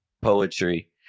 poetry